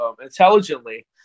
intelligently